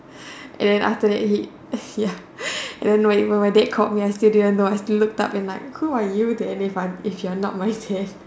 and after that he ya and then when even my dad called me I still didn't know I still looked up and like who are you then if I'm if you're not my dad